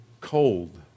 cold